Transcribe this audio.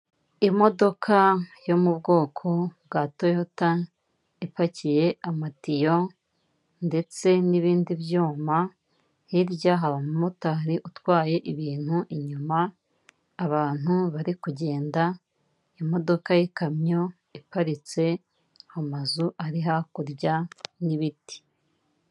Imodoka yo mu bwoko bwa Toyota, ipakiye amatiyo ndetse n'ibindi byuma, hirya hari umumotari utwaye ibintu inyuma, abantu bari kugenda, imodoka y'ikamyo iparitse, amazu ari hakurya n'ibiti.